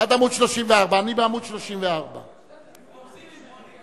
עד עמוד 34. אני בעמוד 34. רוצים, רוצים.